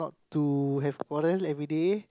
to have quarrel everyday